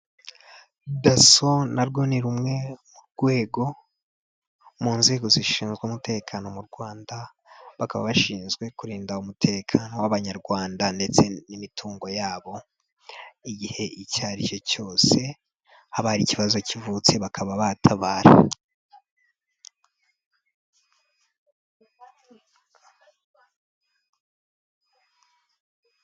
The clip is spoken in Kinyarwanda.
Daso na rwo ni rumwe mu mu nzego zishinzwe umutekano mu Rwanda, bakaba bashinzwe kurinda umutekano w'abanyarwanda ndetse n'imitungo ya bo, igihe icyo aricyo cyose haba hari ikibazo kivutse, bakaba batabara.